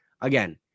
again